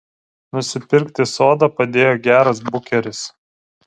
nusipirkti sodą padėjo geras bukeris